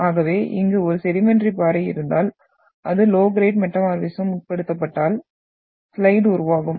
ஆகவே இங்கு ஒரு செடிமெண்டரி பாறை இருந்தால் அது லோ கிரேட் மெட்டமார்பிஸ்ம் உட்படுத்தப்பட்டால் ஸ்லேட் உருவாகும்